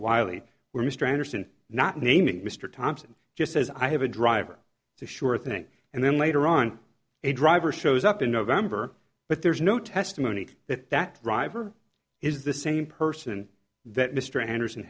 wiley were strangers in not naming mr thompson just as i have a driver to sure thing and then later on a driver shows up in november but there's no testimony that that driver is the same person that mr henderson